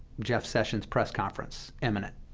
jeff sessions' press conference imminent.